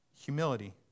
humility